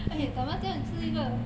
eh 打麻将是一个